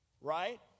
right